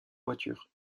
voitures